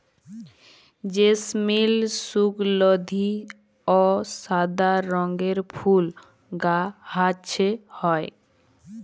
জেসমিল সুগলধি অ সাদা রঙের ফুল গাহাছে হয়